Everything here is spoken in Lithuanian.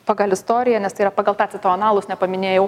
pagal istoriją nes tai yra pagal tacito analus nepaminėjau